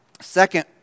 Second